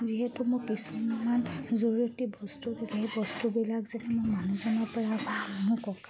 যিহেতু মোৰ কিছুমান জৰুৰী বস্তু সেই বস্তুবিলাক যেনে মই মানুহজনৰ পৰা বা মোক ককা